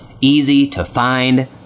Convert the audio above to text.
easy-to-find